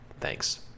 Thanks